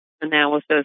analysis